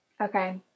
Okay